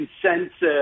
consensus